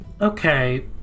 Okay